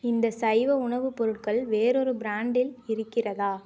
இந்த சைவ உணவுப் பொருட்கள் வேறொரு பிராண்டில் இருக்கிறதா